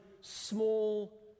small